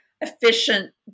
efficient